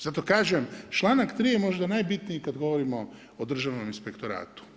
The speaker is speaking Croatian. Zato kažem članak 3. je možda najbitniji kad govorimo o državnom inspektoratu.